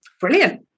Brilliant